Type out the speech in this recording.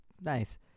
Nice